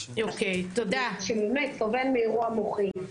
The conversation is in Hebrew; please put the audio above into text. שבאמת סובל מאירוע מוחי.